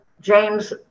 James